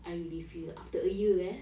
I really feel it after a year eh